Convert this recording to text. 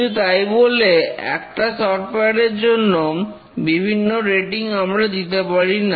কিন্তু তাই বলে একটা সফটওয়্যার এর জন্য বিভিন্ন রেটিং আমরা দিতে পারি না